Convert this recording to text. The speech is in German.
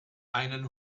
einen